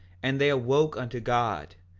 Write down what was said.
and they awoke unto god.